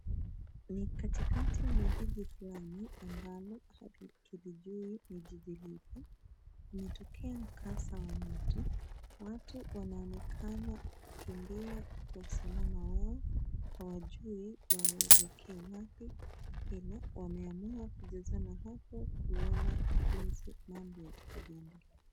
Ni katikati mwa jiji fulani ambalo hatulijui ni jiji lipi kumetokea mkasa wa moto. Watu wanaonekana wakikimbia kwa usalama wao, hawajui waelekee wapi ila wameamua kujazana hapo kuona jinsi mambo yatakavyoendelea.